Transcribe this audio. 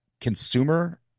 consumer